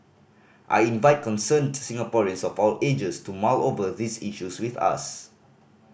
I invite concerned Singaporeans of all ages to mull over these issues with us